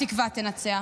התקווה תנצח.